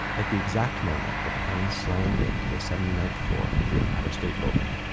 at the exact moment, the plane slammed into the seventy ninth floor of the empire state building.